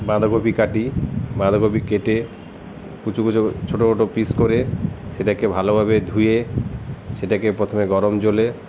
বাঁধাকপি কাটি বাঁধাকপি কেটে কুচো কুচো ছোটো ছোটো পিস করে সেটাকে ভালোভাবে ধুয়ে সেটাকে প্রথমে গরম জলে